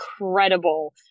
incredible